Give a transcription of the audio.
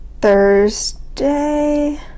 Thursday